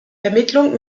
vermittlung